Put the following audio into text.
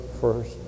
first